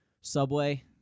Subway